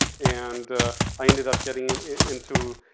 and i ended up getting into,